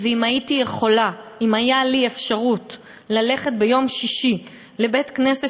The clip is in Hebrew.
אם הייתה לי אפשרות ללכת ביום שישי לבית-כנסת